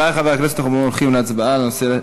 חברי חברי הכנסת, אנחנו הולכים להצבעה על הנושא.